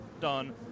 done